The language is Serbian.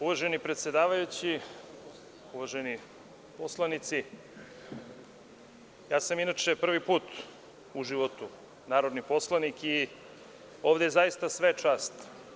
Uvaženi predsedavajući, uvaženi poslanici, inače sam prvi put u životu narodni poslanik i ovde je zaista sve čast.